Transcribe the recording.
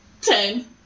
Ten